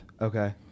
okay